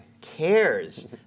cares